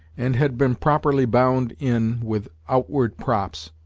and had been properly bound in with outward props,